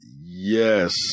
Yes